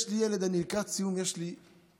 יש לי ילד, אני לקראת סיום, יש לי בן,